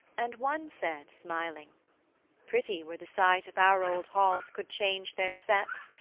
and one said smiling pretty were the sight if our old halls could change their sex,